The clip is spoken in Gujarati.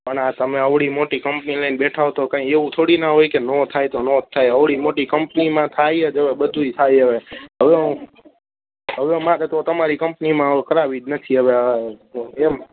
પણ આ તમે આવડી મોટી કંપની લઈને બેઠા હો તો કઈ એવું થોડીના હોય કે નો થાય તો નો જ થાય આવડી મોટી કંપનીમાં થાય જ અવે બધુય થાય અવે અવે હું અવે મારે તો તમારી કંપનીમાં કરાવવી જ નથી અવે અ એમ